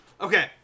Okay